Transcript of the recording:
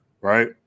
right